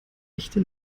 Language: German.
echte